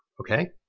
okay